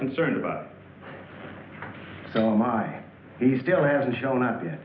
concerned about so my he still hadn't shown up yet